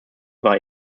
war